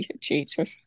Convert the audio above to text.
Jesus